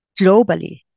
globally